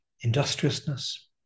industriousness